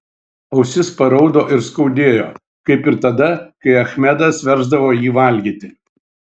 ausis paraudo ir skaudėjo kaip ir tada kai achmedas versdavo jį valgyti